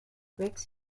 rix